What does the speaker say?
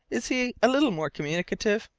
is he a little more communicative?